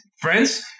friends